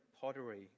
pottery